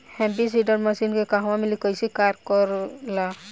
Happy seeder machine के कहवा मिली कैसे कार कर ला?